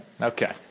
Okay